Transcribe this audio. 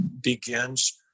begins